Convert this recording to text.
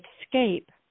escape